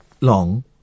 long